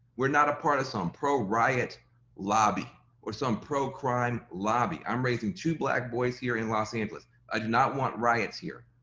we're not a part of some pro riot lobby or some pro crime lobby. i'm raising two black boys here in los angeles, i do not want riots here,